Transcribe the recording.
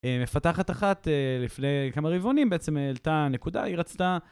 מפתחת אחת לפני כמה רבעונים, בעצם העלתה נקודה, היא רצתה...